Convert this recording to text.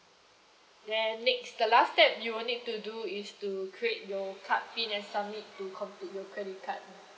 then next the last step you will need to do is to create your card pin and submit to complete your credit card